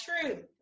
truth